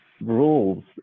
rules